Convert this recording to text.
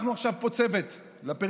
אנחנו עכשיו פה צוות לפריפריה.